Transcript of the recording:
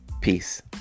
Peace